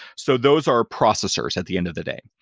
so those are processors at the end of the day.